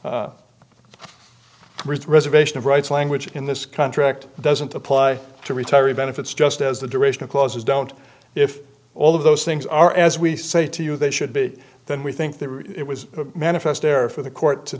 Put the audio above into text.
that the preservation of rights language in this contract doesn't apply to retiree benefits just as the duration of clauses don't if all of those things are as we say to you they should be then we think that it was manifest error for the court to